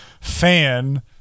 fan